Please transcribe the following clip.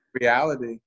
Reality